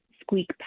squeak